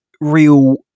real